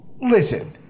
listen